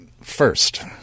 first